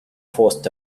forced